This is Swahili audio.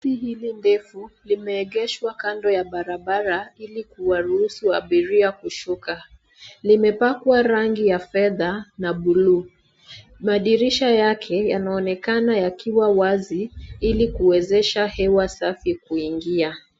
Basi hili ndefu limeegeshwa kando ya barabara ili kuwaruhusu abiria kushuka. Limepakwa rangi ya fedha na buluu. Madirisha yake yanaonekana yakiwa wazi ili kuwezesha hewa safi kuingia.